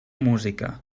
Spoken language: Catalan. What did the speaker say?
música